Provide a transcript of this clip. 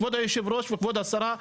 כבוד היושב ראש וכבוד השרה,